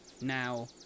now